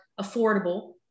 affordable